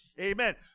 Amen